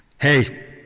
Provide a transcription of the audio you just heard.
Hey